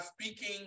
speaking